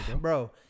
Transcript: bro